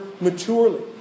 maturely